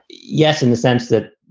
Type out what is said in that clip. yes. in the sense that,